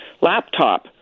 laptop